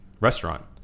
restaurant